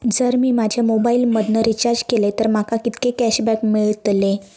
जर मी माझ्या मोबाईल मधन रिचार्ज केलय तर माका कितके कॅशबॅक मेळतले?